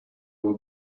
will